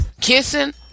kissing